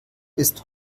ist